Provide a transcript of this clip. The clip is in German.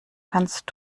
kannst